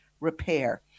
repair